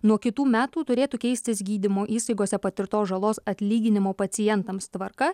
nuo kitų metų turėtų keistis gydymo įstaigose patirtos žalos atlyginimo pacientams tvarka